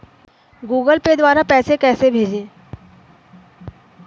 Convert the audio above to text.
Google Pay द्वारा पैसे कैसे भेजें?